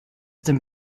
denn